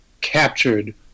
captured